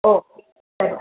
okay ಸರಿ